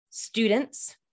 Students